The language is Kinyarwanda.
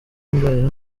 mbayeho